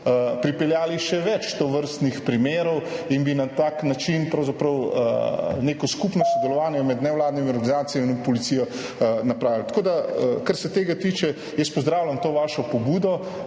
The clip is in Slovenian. pripeljali še več tovrstnih primerov in bi na tak način pravzaprav neko skupno sodelovanje med nevladnimi organizacijami in policijo napravili. Tako da, kar se tega tiče, jaz pozdravljam to vašo pobudo.